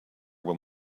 will